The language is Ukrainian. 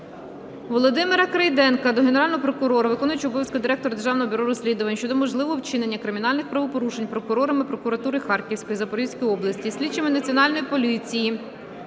Володимира Крейденка до Генерального прокурора, виконувача обов'язків директора Державного бюро розслідувань щодо можливого вчинення кримінальних правопорушень прокурорами прокуратури Харківської і Запорізької області, слідчими національної поліції